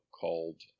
called